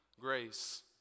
grace